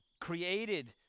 created